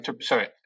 sorry